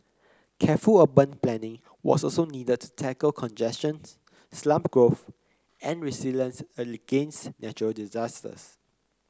careful urban planning was also needed to tackle congestion slum growth and resilience against natural disasters